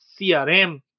CRM